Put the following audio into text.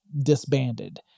disbanded